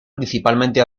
principalmente